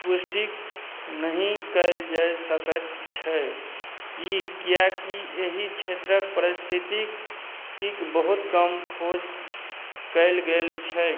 पुष्टि नहि कएल जाए सकै छै कि किएकि एहि क्षेत्रके पारिस्थितिकीके बहुत कम खोज कएल गेल छै